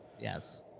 yes